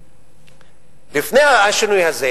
לפני השינוי הזה